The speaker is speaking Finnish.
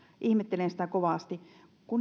ihmettelen sitä kovasti